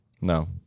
No